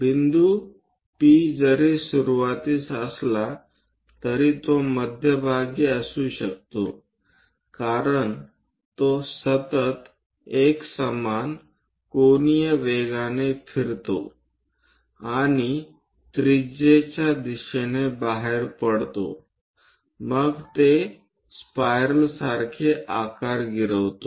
बिंदू P जरी सुरुवातीस असला तरी तो मध्यभागी असू शकतो कारण तो सतत एकसमान कोनीय वेगाने फिरतो आणि त्रिज्येचा दिशेने बाहेर पडतो मग ते स्पायरलसारखे आकार गिरवतो